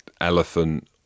elephant